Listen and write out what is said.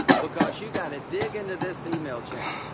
because you got to dig into this email chain.